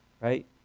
Right